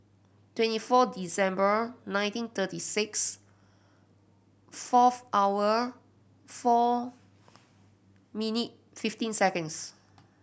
twenty four December nineteen thirty six fourth hour four minute fifteen seconds